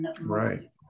Right